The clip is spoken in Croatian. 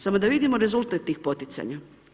Samo da vidimo rezultat tih poticanja.